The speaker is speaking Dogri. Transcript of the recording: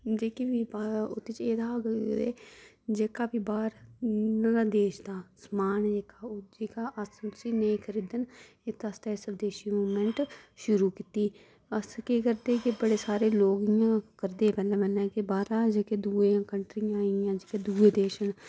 जेह्का बी पा इत्त च एह् हा कि जेह्का बी बाहर नुहाड़े देश दा समान जेह्का ओह् जेह्का अस उसी नेईं खरीदन इसदे आस्तै स्वदेशी मूवमेंट शुरू कीती ही अस केह् करदे कि बड़े सारे लोक इ'यां करदे हे कन्नै कन्नै कि बाह्रा जेह्कियां दूइयां कंट्रियां आई गेइयां जेह्के दूऐ देश न